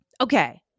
Okay